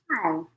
Hi